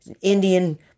Indian